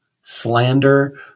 slander